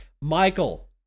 Michael